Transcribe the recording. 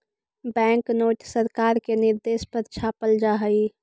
bank note सरकार के निर्देश पर छापल जा हई